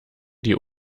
die